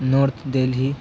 north Delhi